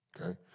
okay